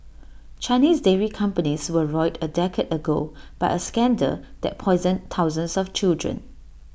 Chinese dairy companies were roiled A decade ago by A scandal that poisoned thousands of children